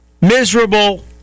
miserable